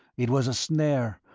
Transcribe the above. it was a snare,